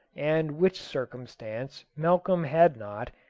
and which circumstance malcolm had not,